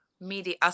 media